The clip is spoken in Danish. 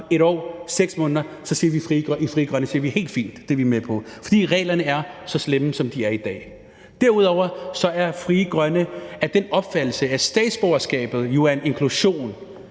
i Frie Grønne, at det er helt fint, det er vi med på, fordi reglerne er så slemme, som de er i dag. Derudover er Frie Grønne af den opfattelse, at statsborgerskabet jo er en inklusion.